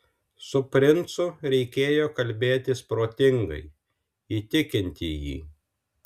su princu reikėjo kalbėtis protingai įtikinti jį